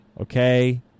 okay